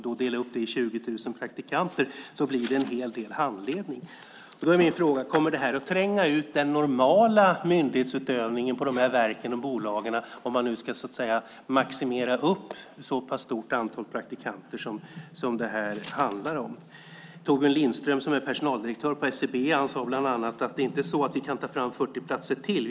För 20 000 praktikanter blir det en hel del handledning. Då är min fråga: Kommer det att tränga ut den normala myndighetsutövningen på de här verken och bolagen om man ska maximera ett så pass stort antal praktikanter som det handlar om? Torbjörn Lindström, som är personaldirektör på SCB, sade bland annat: Det är inte så att vi kan ta fram 40 platser till.